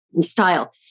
style